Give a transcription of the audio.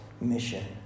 mission